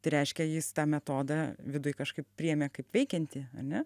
tai reiškia jis tą metodą viduj kažkaip priėmė kaip veikiantį ar ne